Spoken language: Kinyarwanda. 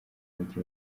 umugi